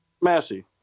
Massey